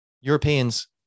Europeans